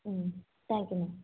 ம் thank you ma'am